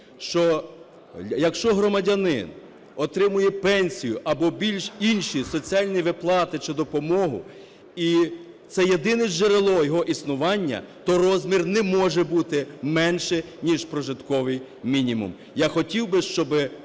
що якщо громадянин отримує пенсію або більш інші соціальні виплати чи допомогу і це єдине джерело його існування, то розмір не може бути менше ніж прожитковий мінімум. Я хотів би, щоби